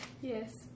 Yes